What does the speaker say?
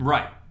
Right